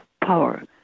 power